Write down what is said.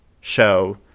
show